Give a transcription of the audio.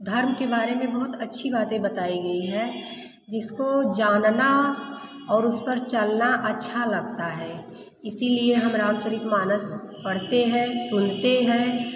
धर्म के बारे में बहुत अच्छी बातें बताई गई है जिसको जानना और उस पर चलना अच्छा लगता है इसलिए हम रामचरितमानस पढ़ते हैं सुनते हैं